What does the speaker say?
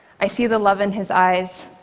i see the love in his eyes,